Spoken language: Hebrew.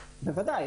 בוודאי.